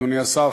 אדוני השר,